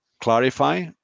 clarify